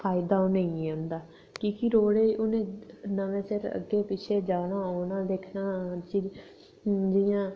फायदा जादा उ'नेंगी ऐ की के रोड़ नमें सिर अग्गें पिच्छें जाना होऐ तां जि'यां